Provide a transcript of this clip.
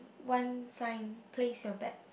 one sign place your bet